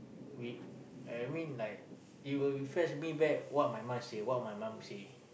we I mean like it would refresh me back what my mum say what my mum say